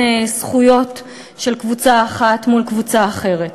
זכויות של קבוצה אחת מול קבוצה אחרת,